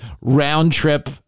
round-trip